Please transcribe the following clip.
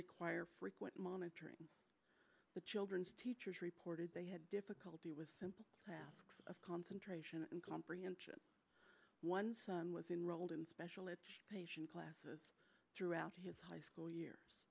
require frequent monitoring the children's teachers reported they had difficulty with simple of concentration and comprehension one son was enrolled in special ed classes throughout his high school year